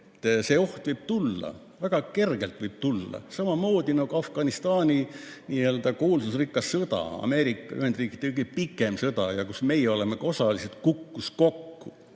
See oht võib tulla väga kergelt, võib tulla samamoodi nagu Afganistani n-ö kuulsusrikas sõda. Ameerika Ühendriikide kõige pikem sõda, kus meie oleme osalised, kukkus kokku